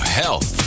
health